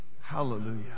Hallelujah